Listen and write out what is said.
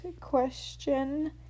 question